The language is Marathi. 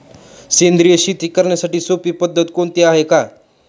सेंद्रिय शेती करण्याची सोपी पद्धत कोणती आहे का?